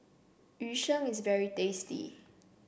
Yu Sheng is very tasty